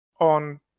on